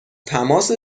تماس